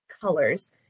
colors